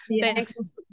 thanks